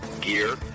gear